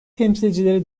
temsilcileri